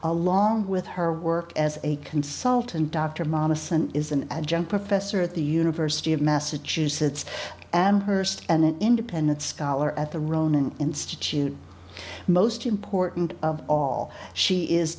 along with her work as a consultant doctor monis and is an adjunct professor at the university of massachusetts and hearst and an independent scholar at the ronan institute most important of all she is